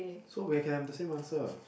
so we can have the same answer